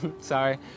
sorry